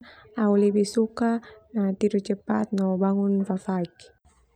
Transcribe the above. Au lebih suka tidur cepat no bangun fafaik.